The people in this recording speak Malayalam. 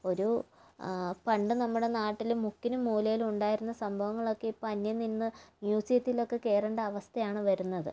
ഒരു പണ്ട് നമ്മുടെ നാട്ടില് മുക്കിനും മൂലയിലും ഉണ്ടായിരുന്ന സംഭവങ്ങളൊക്കെ ഇപ്പം അന്യം നിന്ന് മ്യൂസിയത്തിലൊക്കെ കയറേണ്ട അവസ്ഥയാണ് വരുന്നത്